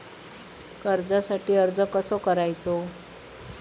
कर्जासाठी अर्ज कसो करायचो?